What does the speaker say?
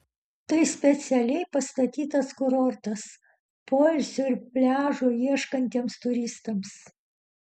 tai specialiai pastatytas kurortas poilsio ir pliažų ieškantiems turistams